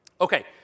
Okay